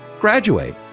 graduate